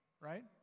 right